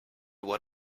what